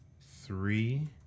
three